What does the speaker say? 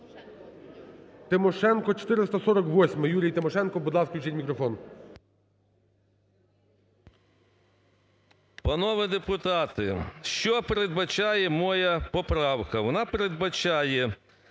Тимошенко, 448-а, Юрій Тимошенко. Будь ласка, включіть мікрофон.